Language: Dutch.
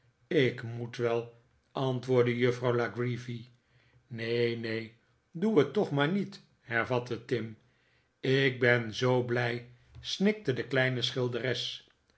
ik moet wel antwoordde juffrouw la creevy neen neen doe het toch maar niet hervatte tim ik ben zoo blij snikte de kleine